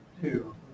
Two